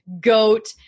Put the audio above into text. goat